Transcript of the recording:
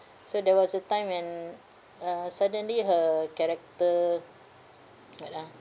so there was a time when uh suddenly her character what ah